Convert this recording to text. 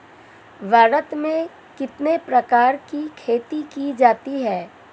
भारत में कितने प्रकार की खेती की जाती हैं?